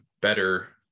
better